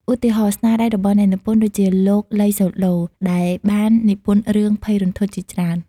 ឧទាហរណ៍ ស្នាដៃរបស់អ្នកនិពន្ធដូចជាលោក ឡី សូឡូ ដែលបាននិពន្ធរឿងភ័យរន្ធត់ជាច្រើន។